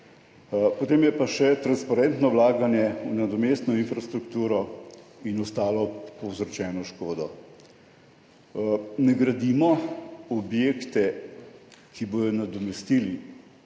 Potem je pa še transparentno vlaganje v nadomestno infrastrukturo in ostalo povzročeno škodo. Ne gradimo objektov, ki bodo nadomestili